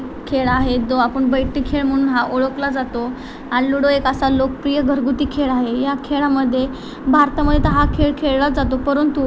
खेळ आहे जो आपण बैठे खेळ म्हणून हा ओळखला जातो आणि लुडो एक असा लोकप्रिय घरगुती खेळ आहे ह्या खेळामध्ये भारतामध्ये तर हा खेळ खेळलाच जातो परंतु